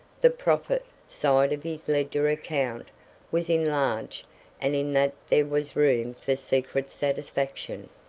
the profit side of his ledger account was enlarged and in that there was room for secret satisfaction.